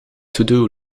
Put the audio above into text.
todo